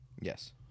Yes